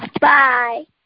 Bye